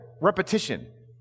repetition